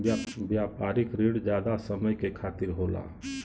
व्यापारिक रिण जादा समय के खातिर होला